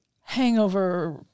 hangover